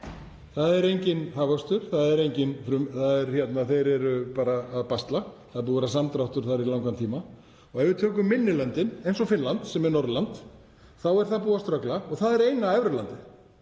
Það er enginn hagvöxtur, þeir eru bara að basla, það er búið að vera samdráttur þar í langan tíma. Ef við tökum minni löndin eins og Finnland, sem er Norðurland, þá er það búið að vera að ströggla og það er eina evrulandið.